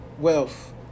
wealth